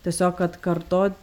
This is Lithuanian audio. tiesiog atkartot